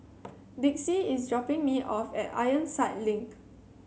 Dixie is dropping me off at Ironside Link